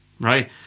right